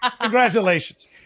congratulations